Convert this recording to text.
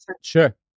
sure